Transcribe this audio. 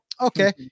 Okay